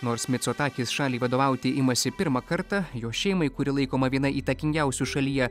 nors micotakis šaliai vadovauti imasi pirmą kartą jo šeimai kuri laikoma viena įtakingiausių šalyje